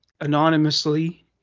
anonymously